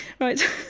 right